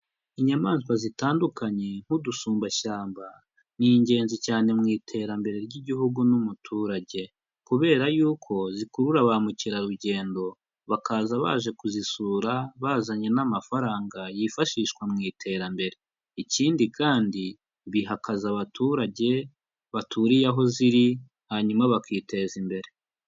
Inyamaswa zitandukanye nk'udusumbashyamba, ni ingenzi cyane mu iterambere ry'igihugu n'umuturage, kubera yuko zikurura ba mukerarugendo, bakaza baje kuzisura bazanye n'amafaranga yifashishwa mu iterambere, ikindi kandi biha akazi abaturage baturiye aho ziri, hanyuma bakiteza imbere.